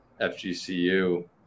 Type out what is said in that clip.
fgcu